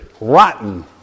rotten